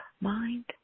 mind